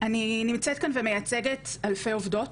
אני נמצאת כאן ומייצגת אלפי עובדות.